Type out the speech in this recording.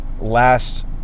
last